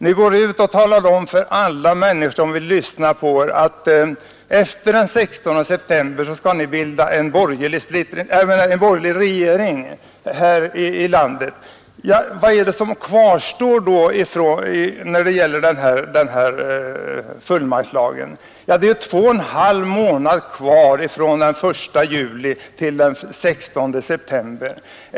Ni går ut och talar om för alla människor som vill lyssna att efter den 16 september skall ni bilda en borgerlig regering här i landet. Vilka problem kvarstår då när det gäller fullmaktslagen? Det är två och en halv månad kvar till den 16 september.